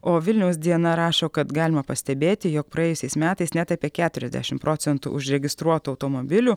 o vilniaus diena rašo kad galima pastebėti jog praėjusiais metais net apie keturiasdešimt procentų užregistruotų automobilių